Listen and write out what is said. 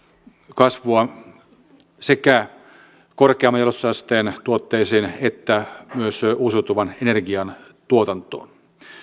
kasvua sekä korkeamman jalostusasteen tuotteisiin että myös uusiutuvan energian tuotantoon